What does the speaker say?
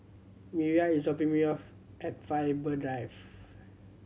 Mireya is dropping me off at Faber Drive